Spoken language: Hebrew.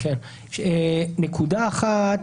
נקודה אחת,